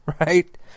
right